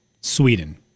Sweden